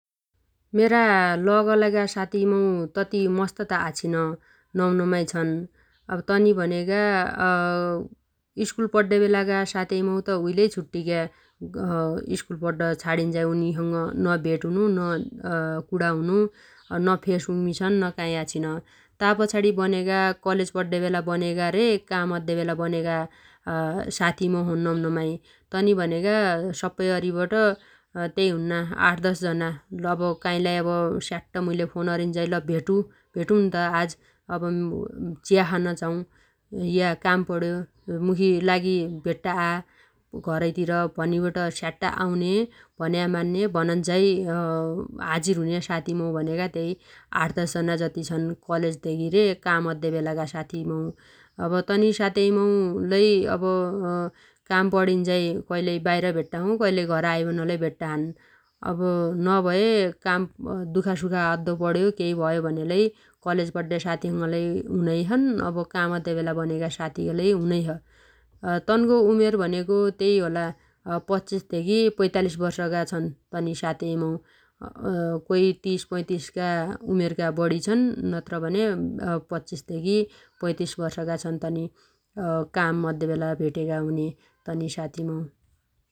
मेरा लगलाइगा साती मौ तति मस्त त आछिन नम्नमाइ छन् । अब तनि भनेगा स्कुल पड्डे बेलागा सातेइ मौ त उइलै छुट्टिग्या । स्कुल पड्ड छाणिन्झाइ उनीसँङ न भेट हुनो न कुणा हुनो न फेसबुकमी छन् न काइ आछिन । ता पछाणी बनेगा कलेज पड्डेबेला बनेगा रे काम अद्देबेला बनेगा साती मौ छन् नम्नमाइ । तनी भनेगा सप्पै अरिबट तेइ हुन्ना आठ दश जना । ल अब काइलाइ अब स्याट्ट मुइले अब फोन अरिन्झाइ भेटु ल भेटुन्त आज अब च्या खान झाउ या काम पण्यो मुखी लागि भेट्ट आ घरैतिर भनिबट स्याट्ट आउन्या भन्या मान्ने भनन्झाइ हाजिर हुने साती मौ भनेगा त्यै आठ दश जना जति छन् कलेज धेगि रे काम अद्दे बेलागा साती मौ । अब तनि सातेइ मौ लै अब काम पणिन्झाइ कैलै बाइर भेट्टाछु कइलै घर आइबन लै भेट्टाछन् । अब नभए काम दुखासुखा अद्दो पण्यो केइ भयो भनेलै कलेज पड्डे साती संङ लै हुनैछन् । अब काम अद्दे बेला बनेगा सातीसँङ लै हुनैछ । तन्गो उमेर भनेगो त्यै होला पच्चिस धेगी पैतालिस वर्षगा छन् तनि सातेइ मौ। कोइ तीस पैतिसगा उमेरगा बणी छन् । नत्रभने पच्चिस भेगी पैतिस वर्षागा छन् तनि काम अद्देबेला भेटेगा हुन्या तनि साती मौ।